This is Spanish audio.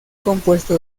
compuesto